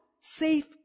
safe